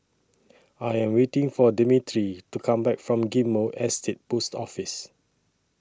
I Am waiting For Demetri to Come Back from Ghim Moh Estate Post Office